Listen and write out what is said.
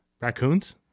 raccoons